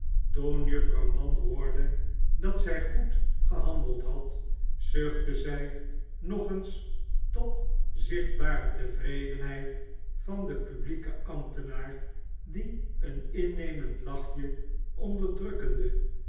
toen juffrouw mann hooide dat zij goed gehandeld had zuchtte zij nog eens tot zichtbare tevredenheid van den publieken ambtenaar die een innemend lachje onderdrukkende